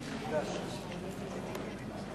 בעד, 13, נגד, אין,